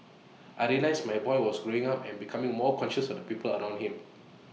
I realised my boy was growing up and becoming more conscious of the people around him